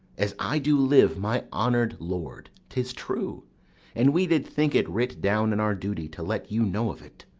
as i do live, my honour'd lord, tis true and we did think it writ down in our duty to let you know of it.